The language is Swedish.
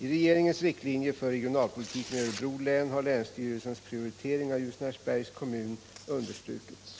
I regeringens riktlinjer för regionalpolitiken i Örebro län har länsstyrelsens prioritering av Ljusnarsbergs kommun understrukits,